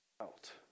out